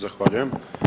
Zahvaljujem.